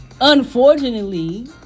unfortunately